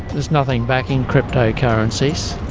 there's nothing backing cryptocurrencies,